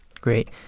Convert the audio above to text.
Great